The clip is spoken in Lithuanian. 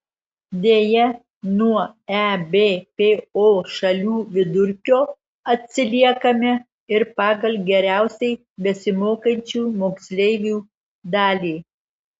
deja nuo ebpo šalių vidurkio atsiliekame ir pagal geriausiai besimokančių moksleivių dalį